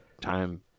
time